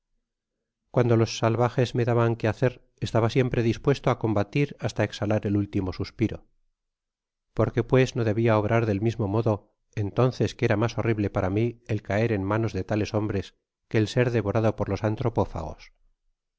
cuando los salvajes me daban que hacer estaba siempre dispuesto á combatir hasta exhalar el último suspiro por que pues no debia obrar del mismo modo entonces que era mas horrible para mi el caer en manos de tales hombres que el ser devorado por los antropófagos